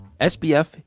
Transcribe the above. SBF